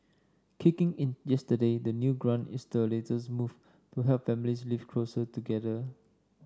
kicking in yesterday the new grant is the latest move to help families live closer together